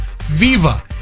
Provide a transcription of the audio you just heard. Viva